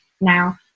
now